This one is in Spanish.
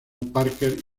parker